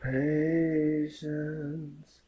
patience